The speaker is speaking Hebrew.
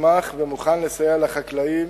ישמח ומוכן לסייע לחקלאים